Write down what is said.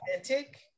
authentic